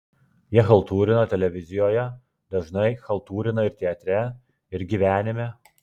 jie chaltūrina televizijoje dažnai chaltūrina ir teatre ir gyvenime